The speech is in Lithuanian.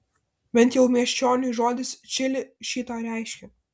bent jau miesčioniui žodis čili šį tą reiškia